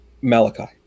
Malachi